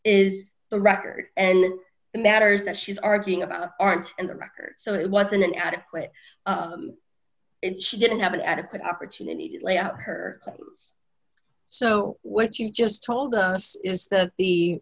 is the record and then the matters that she's arguing about aren't in the record so it wasn't an adequate if she didn't have an adequate opportunity to lay out her so what you just told us is that the